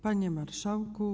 Panie Marszałku!